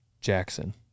Jackson